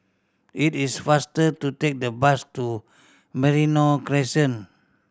it is faster to take the bus to Merino Crescent